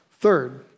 Third